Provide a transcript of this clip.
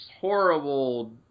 horrible